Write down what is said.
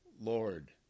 lord